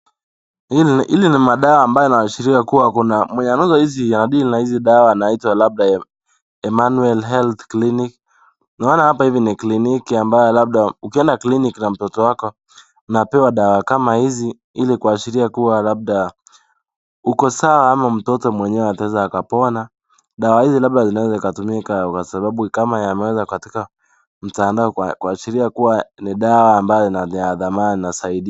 Hili ni madawa ambayo yanayoashiria kuwa mwenye anauza hizi, anadeal na hizi dawa anaitwa labda Emmanuel Health Clinic. Naona hapa hivi ni kliniki ambayo labda ukienda clinic na mtoto wako unapewa dawa kama hizi ili kuashiria kuwa labda uko sawa ama mtoto mwenyewe ataweza akapona. Dawa hizi labda zinaweza zikatumika kwa sababu kama yamewekwa katika mtandao kuashiria kuwa ni dawa ambayo ni ya dhamana zaidi.